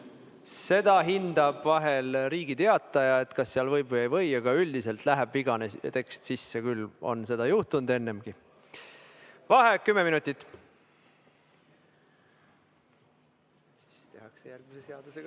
Seda hindab vahel Riigi Teataja, kas võib või ei või, aga üldiselt läheb vigane tekst sisse küll, seda on juhtunud ennegi. Vaheaeg kümme minutit. Tehakse järgmise seadusega